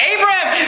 Abraham